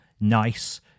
nice